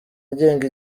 agenga